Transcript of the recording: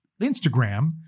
Instagram